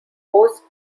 post